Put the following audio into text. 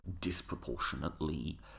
disproportionately